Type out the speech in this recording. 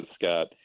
Scott